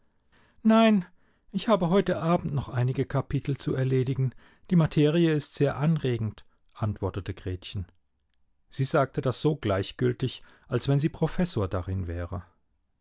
nein ich habe heute abend noch einige kapitel zu erledigen die materie ist sehr anregend antwortete gretchen sie sagte das so gleichgültig als wenn sie professor darin wäre